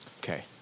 Okay